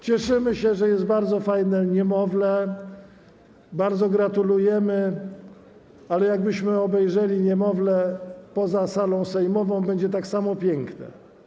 Cieszymy się, że jest bardzo fajne niemowlę, bardzo gratulujemy, ale jeśli obejrzymy niemowlę poza salą sejmową, będzie tak samo piękne.